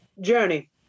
journey